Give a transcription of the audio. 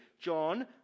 John